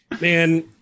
Man